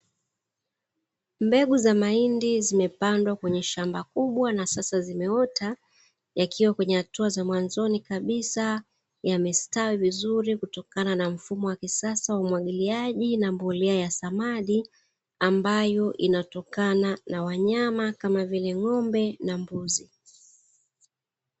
Mbegu za mahindi zimepandwa kwenye shamba kubwa na sasa zimeota, yakiwa kwenye hatua za mwanzoni kabisa, yamestawi vizuri kutokana na mfumo wa kisasa wa umwagiliaji na mbolea ya samadi, ambayo inatokana na wanyama kama vile ng'ombe na mbuzi.